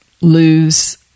lose